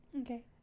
Okay